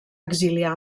exiliar